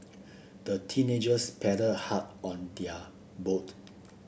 the teenagers paddled hard on their boat